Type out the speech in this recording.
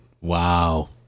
Wow